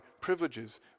privileges